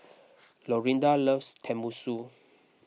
Lorinda loves Tenmusu